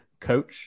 coach